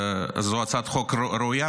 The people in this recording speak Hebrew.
זו הצעת חוק ראויה.